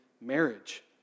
marriage